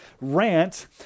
rant